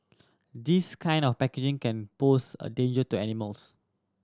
this kind of packaging can pose a danger to animals